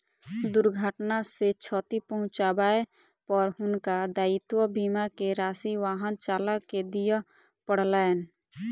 दुर्घटना मे क्षति पहुँचाबै पर हुनका दायित्व बीमा के राशि वाहन चालक के दिअ पड़लैन